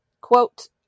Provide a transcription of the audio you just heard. Quote